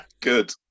good